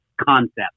concept